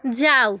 যাও